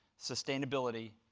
sustainability,